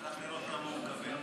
הלך לראות כמה הוא מקבל.